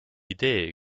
idee